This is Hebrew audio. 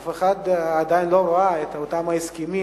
אף אחד עדיין לא ראה את אותם הסכמים